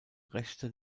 rechte